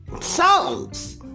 songs